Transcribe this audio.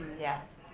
Yes